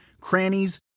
crannies